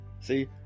See